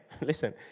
listen